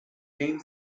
game